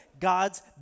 God's